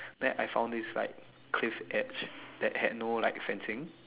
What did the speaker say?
then I found this like cliff edge that had no like fencing